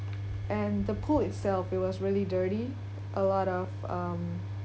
and the pool itself it was really dirty a lot of um